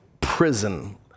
prison